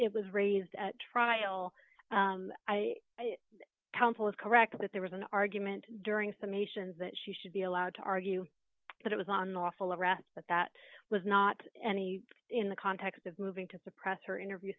it was raised at trial counsel is correct that there was an argument during summations that she should be allowed to argue that it was on the lawful arrest but that was not any in the context of moving to suppress her interview